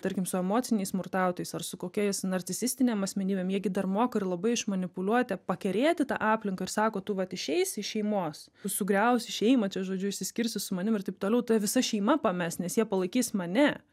tarkim su emociniais smurtautojais ar su kokiais narcisistinėm asmenybėm jie gi dar moka ir labai išmanipuliuoti pakerėti tą aplinką ir sako tu vat išeisi iš šeimos tu sugriausi šeimą čia žodžiu išsiskirsi su manim ir taip toliau tave visa šeima pames nes jie palaikys mane